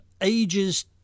ages